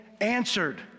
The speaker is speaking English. answered